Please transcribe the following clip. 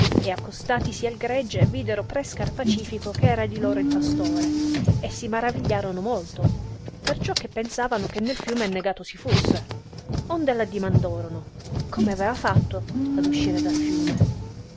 e accostatisi al gregge videro pre scarpacifico che era di loro il pastore e si maravigliorono molto perciò che pensavano che nel fiume annegato si fusse onde l'addimandorono come fatto aveva ad uscire del fiume